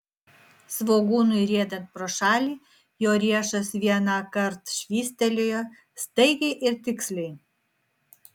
svogūnui riedant pro šalį jo riešas vienąkart švystelėjo staigiai ir tiksliai